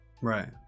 right